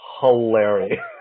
hilarious